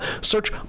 Search